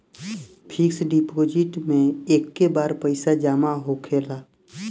fix deposit मे एके बार पैसा जामा होखेला